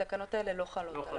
התקנות האלה לא חלות עליו.